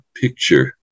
picture